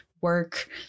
work